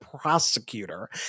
prosecutor